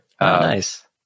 Nice